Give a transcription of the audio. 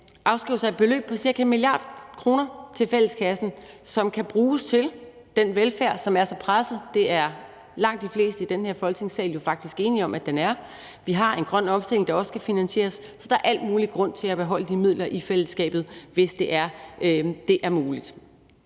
afskrive sig et beløb på ca. 1 mia. kr. til fælleskassen, som kan bruges til den velfærd, som er så presset. Det er langt de fleste i den her Folketingssal jo faktisk enige om at den er, og vi har også en grøn omstilling, der skal finansieres. Så der er al mulig grund til at beholde de midler i fællesskabet, hvis det er muligt.